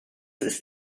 ist